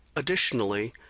additionally,